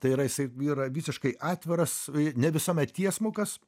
tai yra jisai yra visiškai atviras nevisuomet tiesmukas